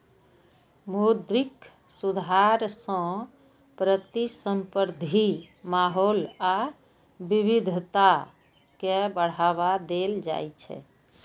मौद्रिक सुधार सं प्रतिस्पर्धी माहौल आ विविधता कें बढ़ावा देल जाइ छै